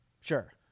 Sure